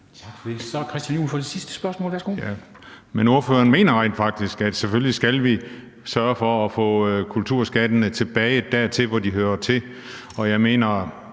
hr. Christian Juhl med det sidste spørgsmål.